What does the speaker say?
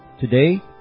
Today